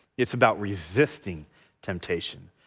it's about resisting temptation.